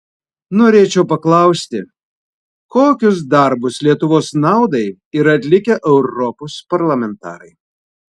norėčiau paklausti kokius darbus lietuvos naudai yra atlikę europos parlamentarai